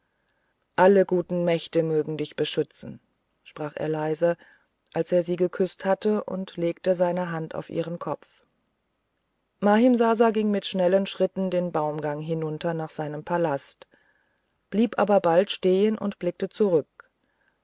alle guten mächte mögen dich beschützen sprach er leise als er sie geküßt hatte und legte seine hand auf ihren kopf mahimsasa ging mit schnellen schritten den baumgang hinunter nach seinem palast blieb aber bald stehen und blickte zurück